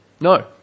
No